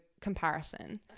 comparison